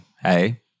hey